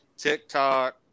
TikTok